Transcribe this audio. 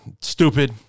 stupid